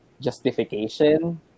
justification